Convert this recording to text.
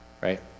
right